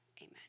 Amen